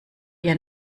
ihr